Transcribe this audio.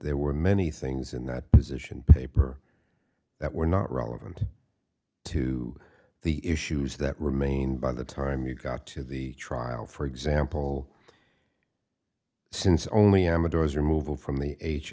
there were many things in that position paper that were not relevant to the issues that remain by the time you got to the trial for example since only amador his removal from the h